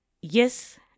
yes